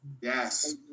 Yes